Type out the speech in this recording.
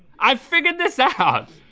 i've figured this out.